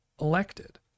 elected